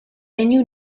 regno